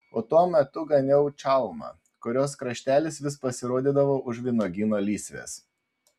o tuo metu ganiau čalmą kurios kraštelis vis pasirodydavo už vynuogyno lysvės